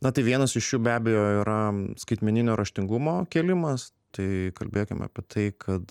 na tai vienas iš jų be abejo yra skaitmeninio raštingumo kelimas tai kalbėkime apie tai kad